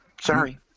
Sorry